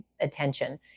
attention